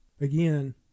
Again